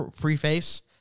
preface